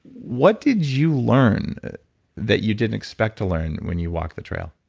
what did you learn that you didn't expect to learn when you walked the trail?